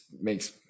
makes